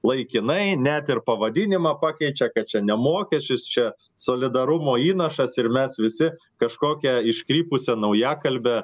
laikinai net ir pavadinimą pakeičia kad čia ne mokesčis čia solidarumo įnašas ir mes visi kažkokią iškrypusią naujakalbę